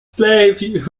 played